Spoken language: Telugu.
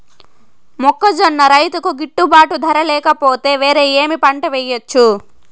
మొక్కజొన్న రైతుకు గిట్టుబాటు ధర లేక పోతే, వేరే ఏమి పంట వెయ్యొచ్చు?